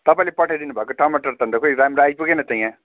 तपाईँले पठाइदिनु भएको टमाटर त अन्त खोइ राम्रो आइपुगेन त यहाँ